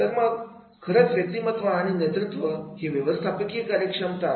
तर मग मग खरच व्यक्तिमत्व आणि नेतृत्व हे व्यवस्थापकीय कार्यक्षमता यामध्ये फरक दाखवतात का